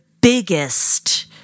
biggest